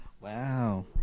Wow